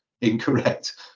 incorrect